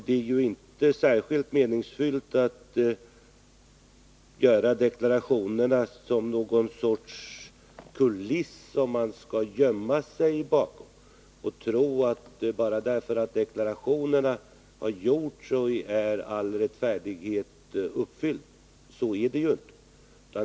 Det är ju inte särskilt meningsfullt att göra deklarationer som sedan används som någon sorts kuliss att gömma sig bakom. Det är fel att tro att bara därför att deklarationerna har gjorts så är all rättfärdighet uppnådd — så är det ju inte.